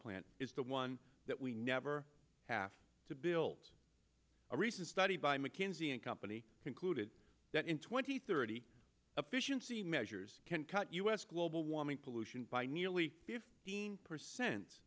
plant is the one that we never have to build a recent study by mckinsey and company concluded that in twenty thirty a fission c measures can cut us global warming pollution by nearly fifteen percent